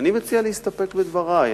אני מציע להסתפק בדברי,